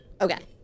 Okay